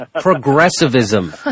progressivism